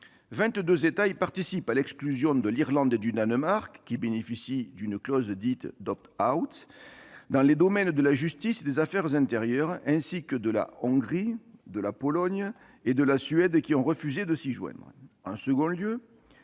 22 États, à l'exclusion de l'Irlande et du Danemark, qui bénéficient d'une clause dite d'« » dans les domaines de la justice et des affaires intérieures, ainsi que de la Hongrie, de la Pologne et de la Suède, qui ont refusé de s'y joindre.